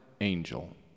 Angel